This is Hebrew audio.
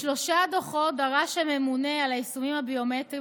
בשלושה דוחות דרש הממונה על היישומים הביומטריים